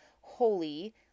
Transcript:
holy